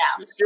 now